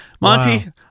Monty